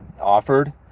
offered